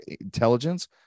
intelligence